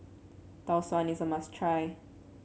Tau Suan is a must try